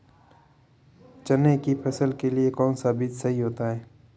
चने की फसल के लिए कौनसा बीज सही होता है?